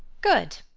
good!